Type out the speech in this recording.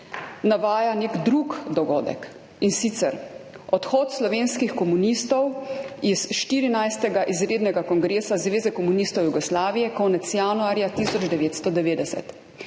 navaja nek drug dogodek, in sicer odhod slovenskih komunistov s 14. izrednega kongresa Zveze komunistov Jugoslavije konec januarja 1990.